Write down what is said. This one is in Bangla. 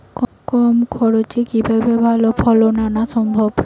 কম খরচে কিভাবে ভালো ফলন আনা সম্ভব?